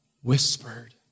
whispered